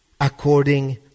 according